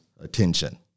attention